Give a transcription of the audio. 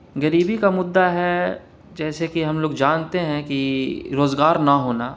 غریبی کا مدعا ہے جیسے کہ ہم لوگ جانتے ہیں کہ روزگار نہ ہونا